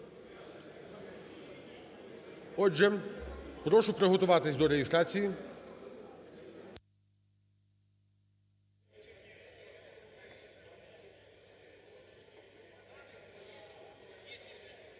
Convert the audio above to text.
Отже, прошу приготуватися до реєстрації.